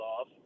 off